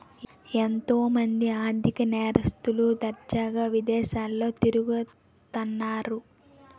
ఎంతో మంది ఆర్ధిక నేరస్తులు దర్జాగా విదేశాల్లో తిరుగుతన్నారు